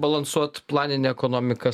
balansuot planine ekonomika